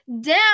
down